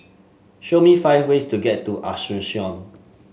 show me five ways to get to Asuncion